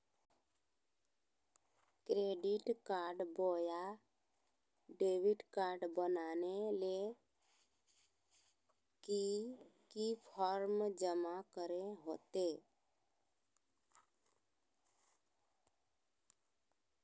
Credit card बोया debit card बनाने ले की की फॉर्म जमा करे होते?